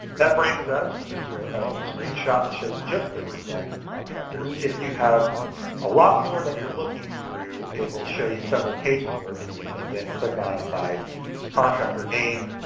that brings us to a screenshot that shows just the resulted contractors. if you have a lot more that you're looking through, it will show you several pages worth, and you can then click on and by contractor name,